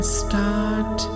start